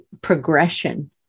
progression